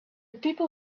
people